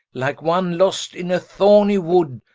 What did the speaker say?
like one lost in a thornie wood,